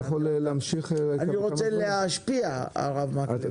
אני רוצה להשפיע הרב מקלב, רוצים לשנות מציאות.